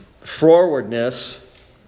forwardness